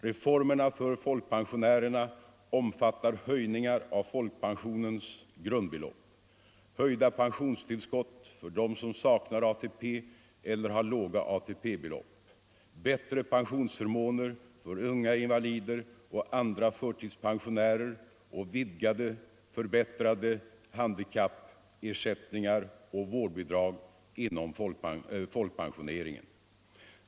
Reformerna för folkpensionärerna omfattar höjningar av folkpensionens grundbelopp, höjda pensionstillskott för dem som saknar ATP eller har låga ATP-belopp, bättre pensionsförmåner för unga invalider och andra förtidspensionärer och vidare förbättrade handikappersättningar och vårdbidrag inom folkpensioneringen.